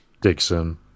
Dixon